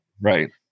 Right